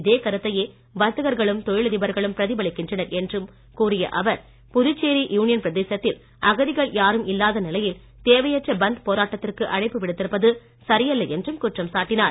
இதே கருத்தையே வர்த்தகர்களும் தொழிலதிபர்களும் பிரதிபலிக்கின்றனர் என்றும் கூறிய அவர் புதுச்சேரி யூனியன் பிரதேசத்தில் அகதிகள் யாரும் இல்லாத நிலையில் தேவையற்ற பந்த் போராட்டத்திற்கு அழைப்பு விடுத்திருப்பது சரியல்ல என்றும் குற்றம் சாட்டினார்